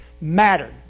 mattered